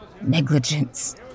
negligence